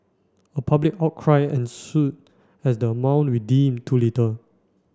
a public outcry ensued as the amount deemed too little